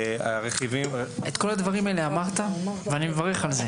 הרכיבים --- את כל הדברים האלה אמרת ואני מברך על זה.